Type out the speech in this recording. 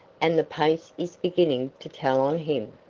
and the pace is beginning to tell on him.